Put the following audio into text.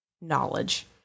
knowledge